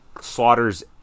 slaughters